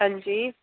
हां जी